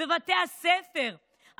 בבתי הספר,